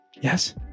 Yes